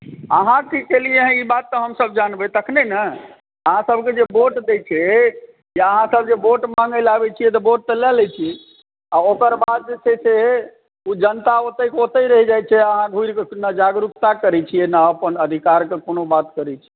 अहाँ की कयलियै हँ ई बात तऽ हमसब जानबै तखने ने अहाँ सबकेँ जे वोट दै छै या अहाँ सब जे वोट माँगै लऽ आबैत छियै तऽ वोट तऽ लए लै छियै आ ओकर बाद जे छै से ओ जनता ओतऽ कऽ ओतऽ रहि जाइत छै अहाँ घुरि कऽ नहि जागरूकता करैत छियै नहि अपन अधिकार कऽ कोनो बात करैत छियै